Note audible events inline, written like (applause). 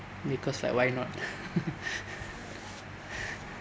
because like why not (laughs)